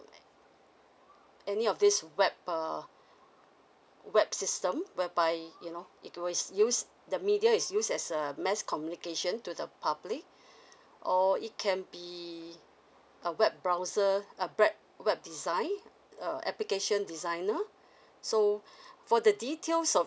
like any of this web err web system whereby you know it's always use the media is use as a mass communication to the public or it can be a web browser a web web design err application designer so for the details of